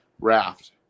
raft